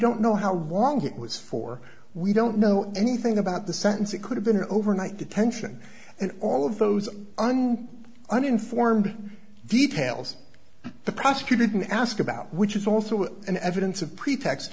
don't know how long it was for we don't know anything about the sentence it could have been an overnight detention and all of those unknown uninformed details the prosecutor can ask about which is also an evidence of pretext